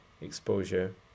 exposure